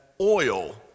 oil